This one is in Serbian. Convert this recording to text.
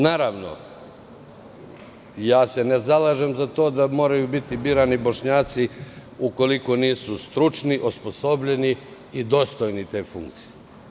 Ne zalažem se za to da moraju biti birani Bošnjaci ukoliko nisu stručni, osposobljeni i dostojni te funkcije.